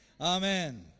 amen